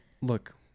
Look